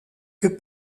que